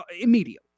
immediately